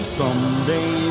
someday